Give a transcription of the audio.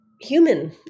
human